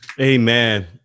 Amen